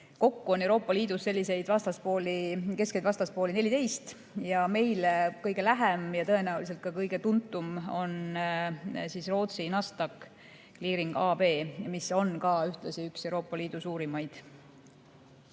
Kokku on Euroopa Liidus selliseid keskseid vastaspooli 14 ja meile kõige lähem ja tõenäoliselt ka kõige tuntum on Rootsi Nasdaq Clearing AB, mis on ka ühtlasi üks Euroopa suurimaid. Nagu